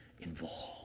involved